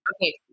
Okay